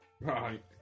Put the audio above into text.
Right